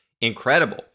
incredible